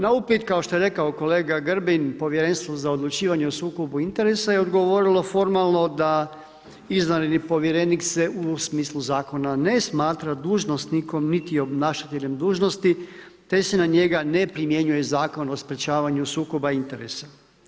Na upit, kao što je rekao kolega Grbin, Povjerenstvo za odlučivanje o sukobu interesa je odgovorilo formalno da izvanredni povjerenik se u smislu zakona ne smatra dužnosnikom, niti obnašateljem dužnosti te se na njega ne primjenjuje Zakon o sprečavanju sukoba interesa.